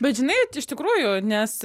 bet žinai iš tikrųjų nes